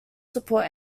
support